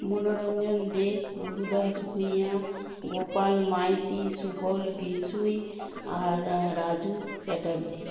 মনোরঞ্জন দে গুরুদাস ভূঁইয়া গোপাল মাইতি সুবল বিশুই আর রাজু চ্যাটার্জি